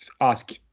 ask